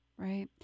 Right